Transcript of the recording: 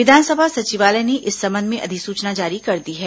विधानसभा सचिवालय ने इस संबंध में अधिसूचना जारी कर दी है